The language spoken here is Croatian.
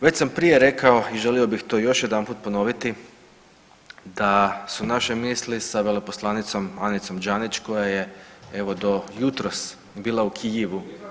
Već sam prije rekao i želio bih to još jedanput ponoviti da su naše misli sa veleposlanicom Anicom Djanić koja je evo do jutros bila u Kijivu.